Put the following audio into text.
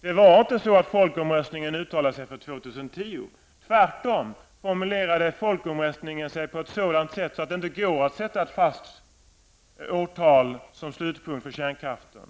Det var inte så att folkomröstningen uttalade sig för år 2010. Tvärtom formulerade sig folkomröstningen på ett sådant sätt att det går inte att sätta ett fast årtal som slutpunkt för kärnkraften.